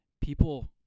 people